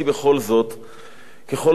ככל שיש פחות תקשורת